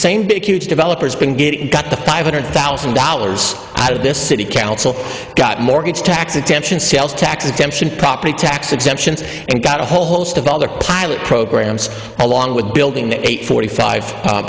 same big huge developers been getting got the five hundred thousand dollars out of this city council got mortgage tax attention sales tax exemption property tax exemptions and got a whole host of other pilot programs along with building eight forty five